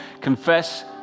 confess